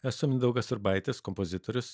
esu mindaugas urbaitis kompozitorius